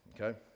okay